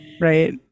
Right